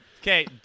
Okay